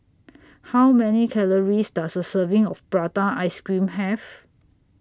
How Many Calories Does A Serving of Prata Ice Cream Have